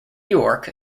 york